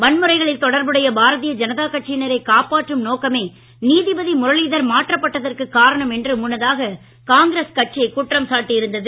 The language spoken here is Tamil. வன்முறைகளில் தொடர்புடைய பாரதிய ஜனதா கட்சியினரை காப்பாற்றும் நோக்கமே நீதிபதி முரளிதர் மாற்றப்பட்டதற்கு காரணம் என்று முன்னதாக காங்கிரஸ் குற்றம் சாட்டி இருந்தது